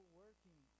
working